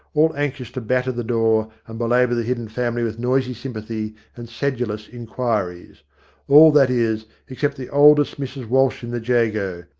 all anxious to batter the door and belabour the hidden family with noisy sympathy and sedulous inquiries all, that is, except the oldest mrs walsh in the jago,